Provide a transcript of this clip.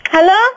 Hello